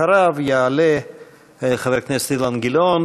אחריו יעלה חבר הכנסת אילן גילאון